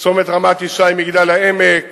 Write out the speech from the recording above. צומת רמת-ישי מגדל-העמק,